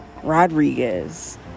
Rodriguez